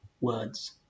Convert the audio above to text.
words